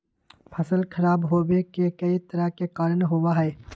फसल खराब होवे के कई तरह के कारण होबा हई